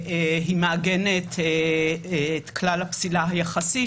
ההצעה מעגנת את כלל הפסילה היחסי,